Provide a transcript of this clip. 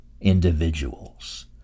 individuals